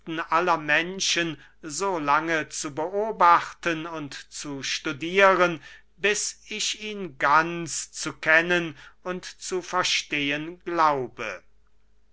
aller menschen so lange zu beobachten und zu studieren bis ich ihn ganz zu kennen und zu verstehen glaube